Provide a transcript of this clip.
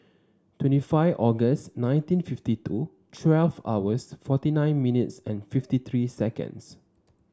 twenty five August nineteen fifty two twelve hours forty nine minutes and fifty three seconds